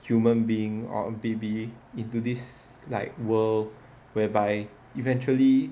human being or a baby into this like world whereby eventually